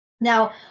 Now